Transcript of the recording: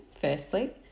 firstly